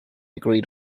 agreed